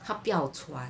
她不要穿